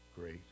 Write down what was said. great